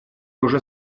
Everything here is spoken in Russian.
уже